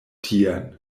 tien